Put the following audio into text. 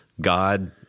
God